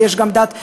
ויש גם דת נוצרית,